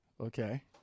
Okay